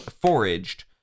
foraged